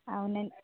అవునండి